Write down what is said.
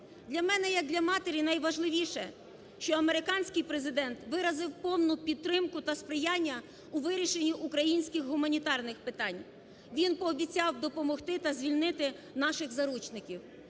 Для мене як для матері найважливіше, що американський Президент виразив повну підтримку та сприяння у вирішенні українських гуманітарних питань, він пообіцяв допомогти та звільнити наших заручників.